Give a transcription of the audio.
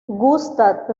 gustav